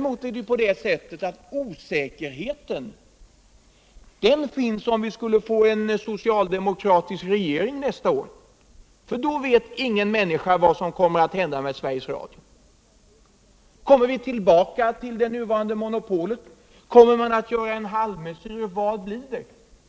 Men det skulle föreligga osäkerhet om vi fick en socialdemokratisk regering nästa år. Då vet ingen människa vad som kommer att hända med Sveriges Radio. Kommer vi tillbaka till det nuvarande monopolet? Kommer man att göra en halvmesyr? Vad blir det?